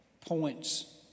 points